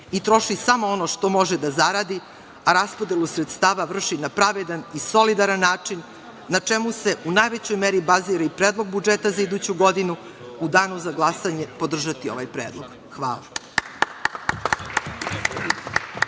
i troši samo ono što može da zaradi, a raspodelu sredstava vrši na pravedan i solidaran način, na čemu se u najvećoj meri bazira i Predlog budžeta za iduću godinu, u danu za glasanje podržati ovaj predlog. Hvala.